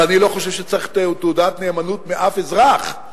ואני לא חושב שצריך תעודת נאמנות משום אזרח,